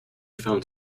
found